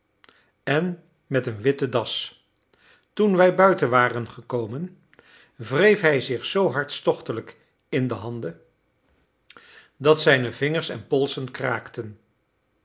en met een witte das toen wij buiten waren gekomen wreef hij zich zoo hartstochtelijk in de handen dat zijne vingers en polsen kraakten